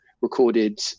recorded